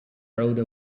rode